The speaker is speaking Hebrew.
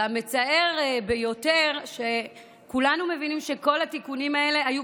המצער ביותר הוא שכולנו מבינים שכל התיקונים האלה היו